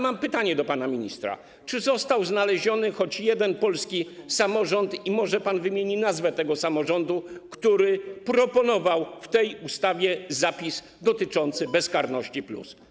Mam pytanie do pana ministra: Czy został znaleziony choć jeden polski samorząd - i może pan wymieni nazwę tego samorządu - który proponował w tej ustawie zapis dotyczący bezkarności+?